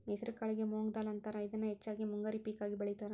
ಹೆಸರಕಾಳಿಗೆ ಮೊಂಗ್ ದಾಲ್ ಅಂತಾರ, ಇದನ್ನ ಹೆಚ್ಚಾಗಿ ಮುಂಗಾರಿ ಪೇಕ ಆಗಿ ಬೆಳೇತಾರ